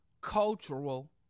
cultural